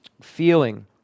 feeling